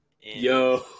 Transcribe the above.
yo